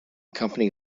company